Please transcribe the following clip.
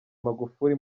magufuli